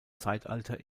zeitalter